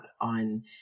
on